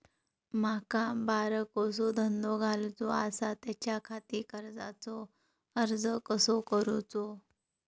माका बारकोसो धंदो घालुचो आसा त्याच्याखाती कर्जाचो अर्ज कसो करूचो?